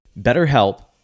BetterHelp